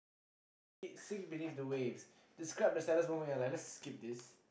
three seek beneath the waves describe the saddest moment in your life let's skip this